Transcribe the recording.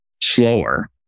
slower